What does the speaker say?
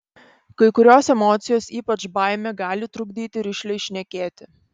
kai kurios emocijos ypač baimė gali trukdyti rišliai šnekėti